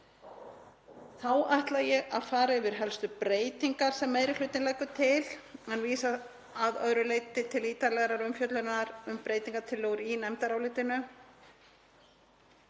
Þá ætla ég að fara yfir helstu breytingar sem meiri hlutinn leggur til en vísa að öðru leyti til ítarlegri umfjöllunar um breytingartillögur í nefndarálitinu.